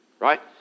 Right